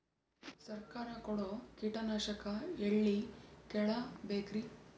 ಸರಕಾರ ಕೊಡೋ ಕೀಟನಾಶಕ ಎಳ್ಳಿ ಕೇಳ ಬೇಕರಿ?